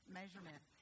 measurement